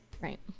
Right